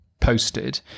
posted